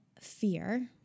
fear